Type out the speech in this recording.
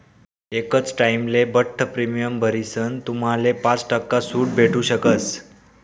एकच टाइमले बठ्ठ प्रीमियम भरीसन तुम्हाले पाच टक्का सूट भेटू शकस